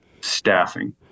Staffing